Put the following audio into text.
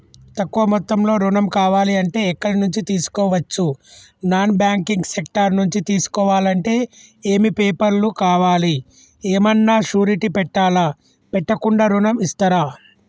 తక్కువ మొత్తంలో ఋణం కావాలి అంటే ఎక్కడి నుంచి తీసుకోవచ్చు? నాన్ బ్యాంకింగ్ సెక్టార్ నుంచి తీసుకోవాలంటే ఏమి పేపర్ లు కావాలి? ఏమన్నా షూరిటీ పెట్టాలా? పెట్టకుండా ఋణం ఇస్తరా?